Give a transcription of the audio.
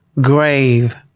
grave